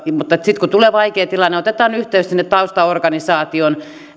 mutta sitten kun tulee vaikea tilanne otetaan yhteys sinne taustaorganisaatioon